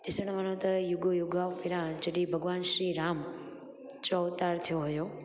ॾिसण वञू त युगो युगो प्रा जॾहिं भॻवानु श्रीराम जो अवतारु थियो हुओ